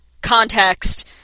context